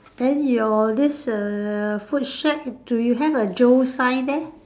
then your this err food shack do you have a Joe sign there